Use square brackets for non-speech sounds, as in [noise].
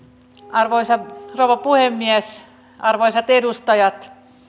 arvoisa rouva puhemies arvoisat edustajat [unintelligible]